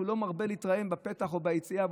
כשהוא לא מרבה להתראיין בפתח או ביציאה,